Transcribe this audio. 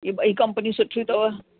ही ॿई कंपिनियूं सुठियूं अथव